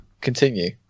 Continue